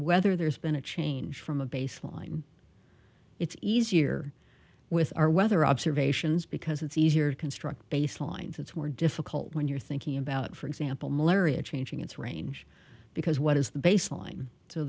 whether there's been a change from a baseline it's easier with our weather observations because it's easier to construct baselines it's more difficult when you're thinking about for example malaria changing its range because what is the baseline